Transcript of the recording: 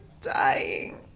dying